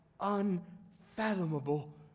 unfathomable